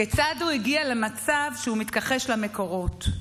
כיצד הוא הגיע למצב שהוא מתכחש למקורות?